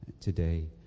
today